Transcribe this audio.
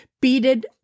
beaded